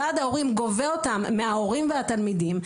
ועד ההורים גובה אותם מההורים והתלמידים.